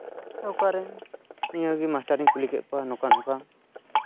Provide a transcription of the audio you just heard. ᱚᱠᱟᱨᱮ ᱱᱤᱭᱟᱹᱜᱮ ᱢᱟᱥᱴᱟᱨ ᱤᱧ ᱠᱩᱞᱤ ᱠᱮᱫ ᱠᱚᱣᱟ ᱱᱚᱝᱠᱟ ᱱᱚᱝᱠᱟ